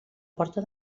porta